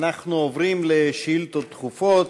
עוברים לשאילתות דחופות.